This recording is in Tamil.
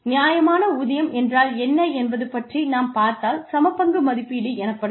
நியாயமான ஊதியம் என்றால் என்ன என்பது பற்றி நாம் பார்த்தால் சமபங்கு மதிப்பீடு எனப்படும்